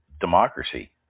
democracy